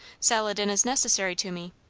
saladin is necessary to me.